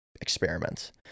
experiments